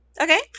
Okay